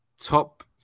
Top